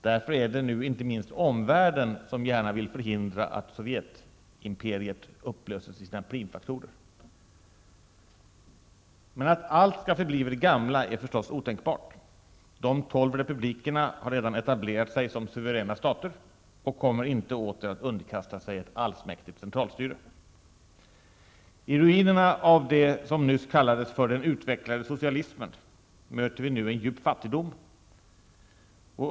Därför är det nu inte minst omvärlden som gärna vill förhindra att Sovjetimperiet upplöses i sina primfaktorer. Men att allt skall förbli vid det gamla är förstås otänkbart. De tolv republikerna har redan etablerat sig som suveräna stater och kommer inte att åter underkasta sig ett allsmäktigt centralstyre. I ruinerna av vad som nyss kallades ''den utvecklade socialismen'' möter vi nu en djup fattigdom.